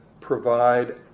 provide